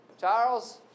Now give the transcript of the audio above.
Charles